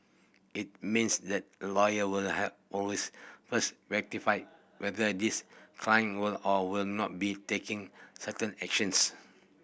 it means that a lawyer will have always first whether this client will or will not be taking certain actions